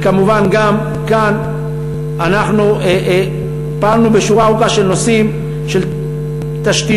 וכמובן גם כאן פעלנו בשורה ארוכה של נושאים של תשתיות,